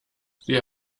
sie